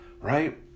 right